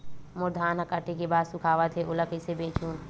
मोर धान ह काटे के बाद सुखावत हे ओला कइसे बेचहु?